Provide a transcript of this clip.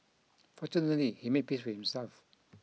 fortunately he made peace with himself